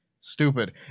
Stupid